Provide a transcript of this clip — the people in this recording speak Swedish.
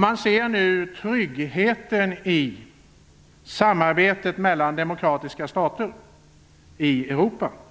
Man ser nu tryggheten i samarbetet mellan demokratiska stater i Europa. Herr talman!